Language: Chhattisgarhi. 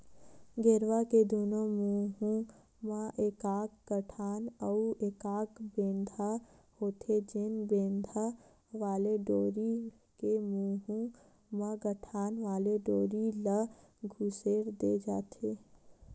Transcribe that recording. गेरवा के दूनों मुहूँ म एकाक गठान अउ एकाक बेंधा होथे, जेन बेंधा वाले डोरी के मुहूँ म गठान वाले डोरी ल खुसेर दे जाथे